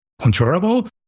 controllable